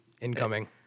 Incoming